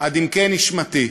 עד עמקי נשמתי.